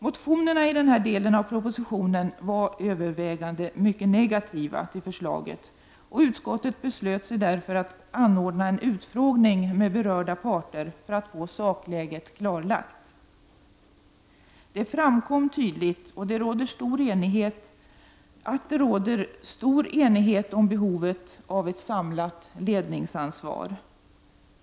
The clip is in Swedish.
Motionerna i anledning av den här delen av propositionen var till övervägande del negativa till förslaget. Utskottet beslöt därför anordna en utfrågning med berörda parter för att få sakläget klarlagt. Det framkom tydligt att det råder stor enighet om behovet av ett samlat ledningsansvar.